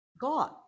God